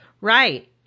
Right